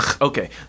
okay